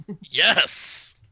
Yes